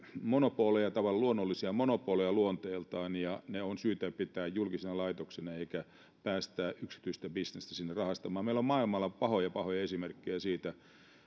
luonnollisia monopoleja luonteeltaan ja ne on syytä pitää julkisina laitoksina eikä päästää yksityistä bisnestä sinne rahastamaan meillä on maailmalla pahoja pahoja esimerkkejä siitä